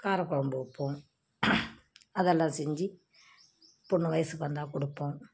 காரக்குழம்பு வைப்போம் அதெல்லாம் செஞ்சு பொண்ணு வயசுக்கு வந்தால் கொடுப்போம்